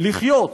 לחיות